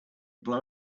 blow